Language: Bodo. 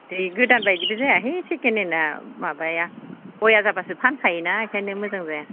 दे गोदान बायदिबो जायाहाय सेकेण्ड हेन्दआ माबाया बया जाबासो फानखायो ना बेखायनो मोजां जाया